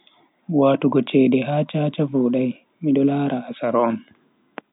Watugo cede ha cha-cha vodai, mido lara asar on.